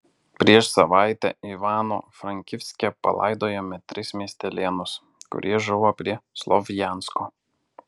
prieš savaitę ivano frankivske palaidojome tris miestelėnus kurie žuvo prie slovjansko